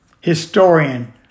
historian